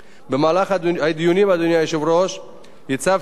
הצבתי בפני הממשלה שני תנאים מרכזיים לקידום החוק